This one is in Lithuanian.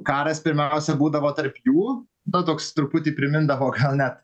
karas pirmiausia būdavo tarp jų na toks truputį primindavo gal net